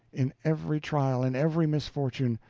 in every trial, in every misfortune,